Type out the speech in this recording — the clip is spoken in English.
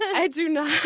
i do not.